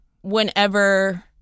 Whenever